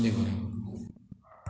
होय